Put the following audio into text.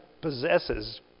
possesses